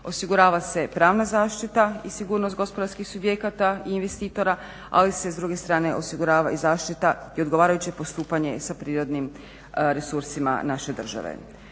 Osigurava se pravna zaštita i sigurnost gospodarskih subjekata i investitora, ali se s druge strane osigurava i zaštita i odgovarajuće postupanje sa prirodnim resursima naše države.